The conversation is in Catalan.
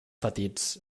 petits